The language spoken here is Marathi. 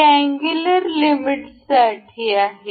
ही अँगुलर लिमिटसाठी आहे